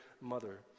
mother